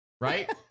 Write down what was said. right